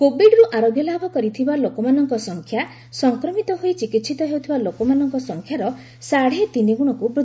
କୋବିଡ୍ରୁ ଆରୋଗ୍ୟ ଲାଭ କରିଥିବା ଲୋକମାନଙ୍କ ସଂଖ୍ୟା' ସଂକ୍ରମିତ ହୋଇ ଚିକିହିତ ହେଉଥିବା ଲୋକମାନଙ୍କ ସଂଖ୍ୟାର ସାଢ଼େ ତିନିଗୁଣକୁ ବୃଦ୍ଧି ପାଇଛି